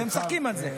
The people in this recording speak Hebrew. פשוט בושה וחרפה.